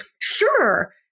Sure